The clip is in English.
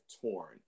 torn